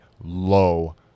low